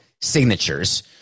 signatures